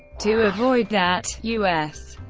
to avoid that, u s.